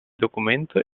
documento